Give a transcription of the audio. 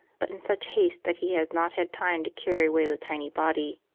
but in such haste that he has not had time to carry away the tiny body.